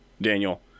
Daniel